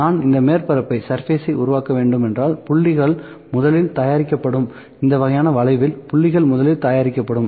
நான் இந்த மேற்பரப்பை உருவாக்க வேண்டும் என்றால் புள்ளிகள் முதலில் தயாரிக்கப்படும் இந்த வகையான வளைவில் புள்ளிகள் முதலில் தயாரிக்கப்படும்